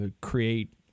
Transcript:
create